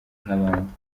nk’abandi